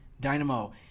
Dynamo